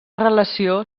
relació